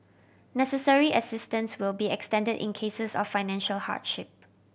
necessary assistance will be extended in cases of financial hardship